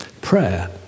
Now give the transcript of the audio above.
Prayer